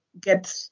get